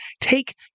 take